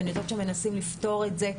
ואני יודעת שהם מנסים לפתור את זה.